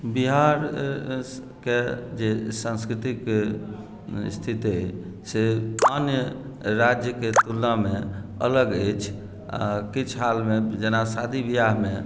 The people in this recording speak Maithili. बिहारके जे सांस्कृतिक स्थिति अछि से आन राज्यके तुलनामे अलग अछि आ किछु हालमे जेना शादी विवाहमे